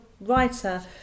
writer